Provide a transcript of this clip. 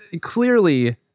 Clearly